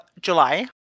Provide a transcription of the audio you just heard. July